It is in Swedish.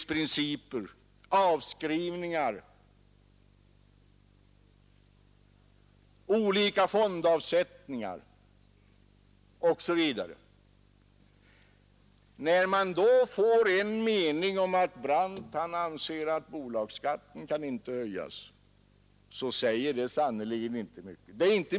Så svårt är det nämligen att börja plocka med en skatteskala. Marginalskatterna sänks med 3 procent upp till 35 000 kronor.